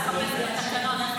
זה בסדר.